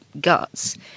guts